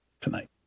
tonight